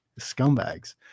Scumbags